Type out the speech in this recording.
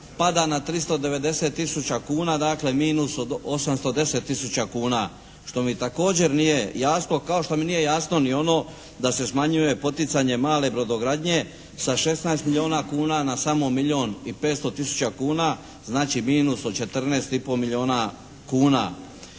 pada na 390 000 kuna. Dakle, minus od 810 tisuća kuna što mi također nije jasno, kao što mi nije jasno ni ono da se smanjuje poticanje male brodogradnje sa 16 milijuna kuna na samo milijun i petsto tisuća kuna. Znači, minus od 14 i pol milijuna kuna.